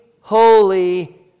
holy